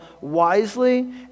wisely